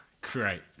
Great